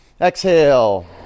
Exhale